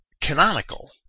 canonical